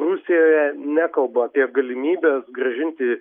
rusijoje nekalba apie galimybes grąžinti